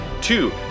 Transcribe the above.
Two